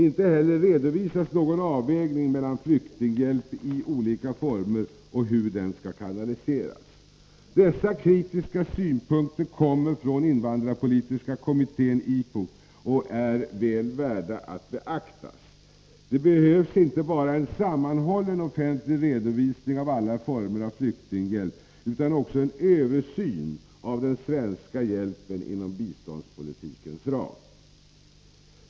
Inte heller redovisas någon avvägning mellan flyktinghjälp i olika former eller hur den skall kanaliseras. Dessa kritiska synpunkter kommer från invandrarpolitiska kommittén, IPOK, och är väl värda att beaktas. Det behövs inte bara en sammanhållen offentlig redovisning av alla former av flyktinghjälp utan också en översyn av den svenska hjälpen inom biståndspolitikens ram.